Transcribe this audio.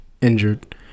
injured